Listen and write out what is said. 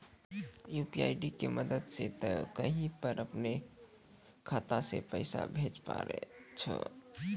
UPI के मदद से तोय कहीं पर अपनो खाता से पैसे भेजै पारै छौ